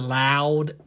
loud